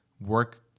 work